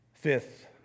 Fifth